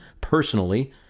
personally